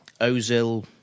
Ozil